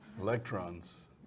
Electrons